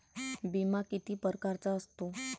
बिमा किती परकारचा असतो?